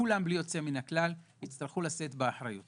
כולם בלי יוצא מן הכלל יצטרכו לשאת באחריות,